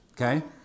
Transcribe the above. Okay